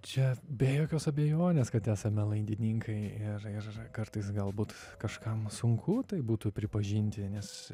čia be jokios abejonės kad esame laidininkai ir ir kartais galbūt kažkam sunku tai būtų pripažinti nes